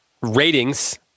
ratings